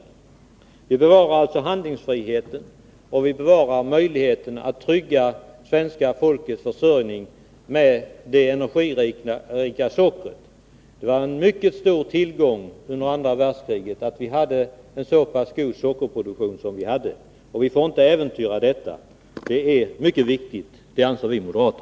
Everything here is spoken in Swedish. Vi vill bevara handlingsfriheten, och vi vill bevara möjligheterna att trygga svenska folkets försörjning med det energirika sockret. Det var en mycket stor tillgång under andra världskriget att vi hade en så god sockerproduktion som vi hade. Det är mycket viktigt att vi inte äventyrar denna möjlighet för framtiden. Det anser vi moderater.